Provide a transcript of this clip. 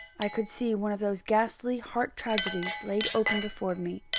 i could see one of those ghastly heart-tragedies laid open before me,